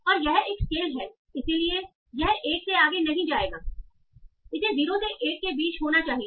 और यह एक स्केल है इसलिए यह 1 से आगे नहीं जाएगा इसलिए इसे 0 से 1 के बीच होना चाहिए